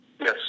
Yes